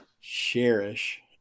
Cherish